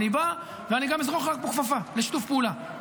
אני בא ואני גם אזרוק לך פה כפפה לשיתוף פעולה,